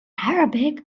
arabic